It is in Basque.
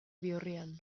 bihurrian